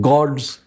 God's